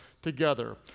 Together